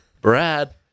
Brad